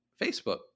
Facebook